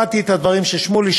שמעתי את הדברים של שמולי,